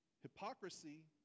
hypocrisy